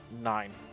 Nine